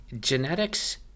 genetics